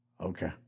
Okay